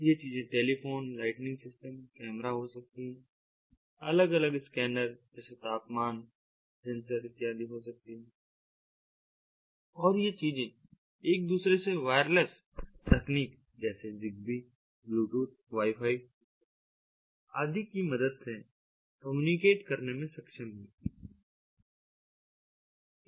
ये चीजें telephone lightning system camera हो सकती हैं अलग अलग स्कैनर जैसे तापमान सेंसर इत्यादि हो सकती हैं और ये चीजें एक दूसरे से वायरलेस तकनीक जैसे ज़िगबी ब्लूटूथ वाईफाई आदि की मदद से कम्युनिकेट करने में सक्षम हैं जल्द ही